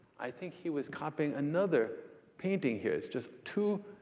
i think he was copying another painting here. it's just too.